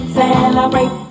celebrate